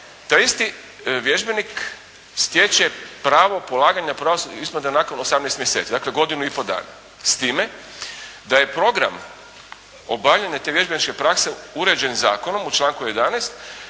taj isti vježbenik stječe pravo polaganja pravosudnog ispita nakon 18 mjeseci. Dakle godinu i po dana s time da je program obavljanja te vježbeničke prakse uređen zakon u članku 11.